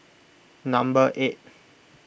number eight